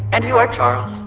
and you are charles,